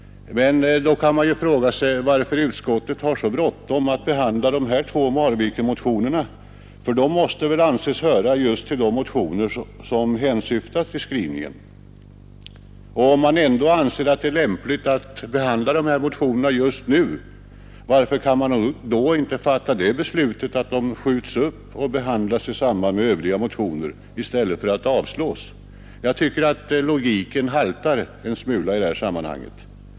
Men då kan man fråga sig varför utskottet har så bråttom att behandla de här två Marvikenmotionerna. Dessa måste väl anses höra just till de motioner som skrivningen hänsyftar på. Om man ändå anser att det är lämpligt att behandla dessa motioner nu, varför kan man då inte fatta det beslutet att de skjuts upp och behandlas i samband med övriga motioner i stället för att avslås? Jag tycker att logiken haltar en smula i det här sammanhanget.